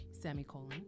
semicolon